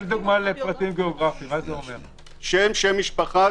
שם משפחה,